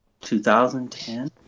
2010